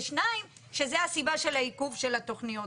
ו-ב' שזו הסיבה של העיכוב של התכניות.